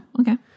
okay